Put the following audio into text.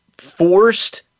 forced